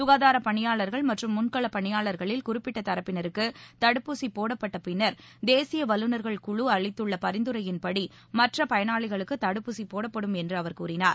சுகாதாரப்பணியாளர்கள் மற்றும் முன்கள பணியாளர்களில் குறிப்பிட்ட தரப்பினருக்கு தடுப்பூசி போடப்பட்ட பின்னர் தேசிய வல்லுனர்கள் குழு அளித்துள்ள பரிந்துரையின்படி மற்ற பயனாளிகளுக்கு தடுப்பூசி போடப்படும் என்று அவர் கூறினார்